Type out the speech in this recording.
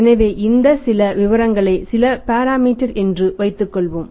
எனவே இங்கே சில விவரங்களை சில பேராமீட்டர் என்று வைத்துக் கொள்வோம்